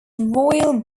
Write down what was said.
royal